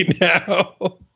now